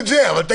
כבר,